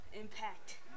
impact